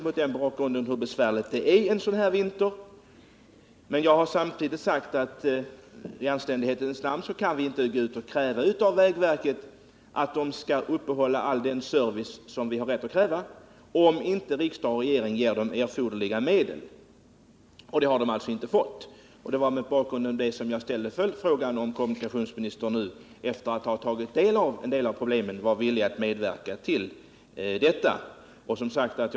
Jag vet hur besvärligt det är där nere en sådan vinter som den vi har haft i år. Samtidigt har jag sagt att vi i anständighetens namn inte kan fordra av vägverket att man skall upprätthålla all den service som vi har rätt att kräva, om inte riksdag och regering ger vägverket erforderliga medel. Det har alltså inte vägverket fått. Det var mot bakgrund av detta som jag ställde följdfrågan, om kommunikationsministern nu efter att ha tagit del av några av problemen var villig att medverka till att medel ställs till förfogande.